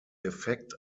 effekt